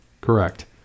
Correct